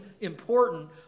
important